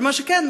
אבל מה שכן,